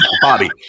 Bobby